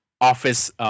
office